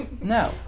No